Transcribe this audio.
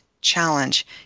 challenge